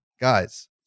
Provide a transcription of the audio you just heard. Guys